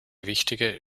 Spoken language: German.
wichtige